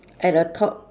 at the top